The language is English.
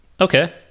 Okay